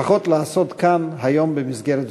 לפחות לעשות כאן היום במסגרת זו.